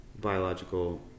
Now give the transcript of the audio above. biological